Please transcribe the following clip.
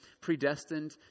predestined